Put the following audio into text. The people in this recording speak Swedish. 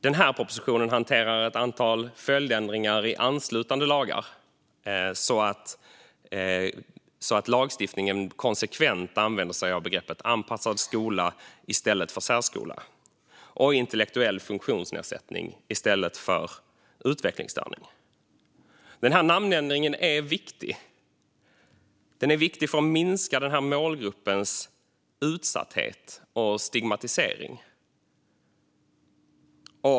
Denna proposition hanterar ett antal följdändringar i anslutande lagar, så att lagstiftning konsekvent använder sig av begreppet anpassad skola i stället för begreppet särskola och av begreppet intellektuell funktionsnedsättning i stället för begreppet utvecklingsstörning. Namnändringen är viktig för att minska denna målgrupps utsatthet och stigmatisering.